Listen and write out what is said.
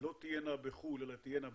לא תהיינה בחו"ל אלא תהיינה בארץ,